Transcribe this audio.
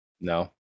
No